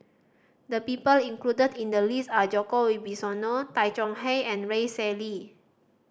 the people included in the list are Djoko Wibisono Tay Chong Hai and Rex Shelley